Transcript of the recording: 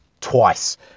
Twice